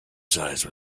size